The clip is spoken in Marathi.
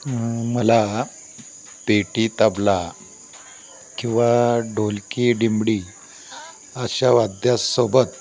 मला पेटी तबला किंवा ढोलकी दिमडी अशा वाद्यासोबत